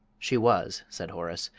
she was, said horace,